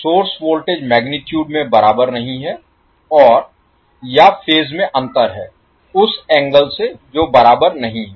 source voltage magnitude में बराबर नहीं है और या फेज में अंतर है उस एंगल से जो बराबर नहीं है